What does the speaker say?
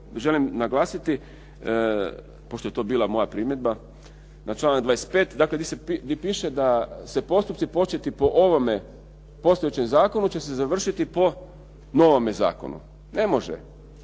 želim naglasiti, pošto je to bila moja primjedba na članak 25., dakle gdje piše da se postupci početi po ovome postojećem zakonu će se završiti po novome zakonu. Ne može.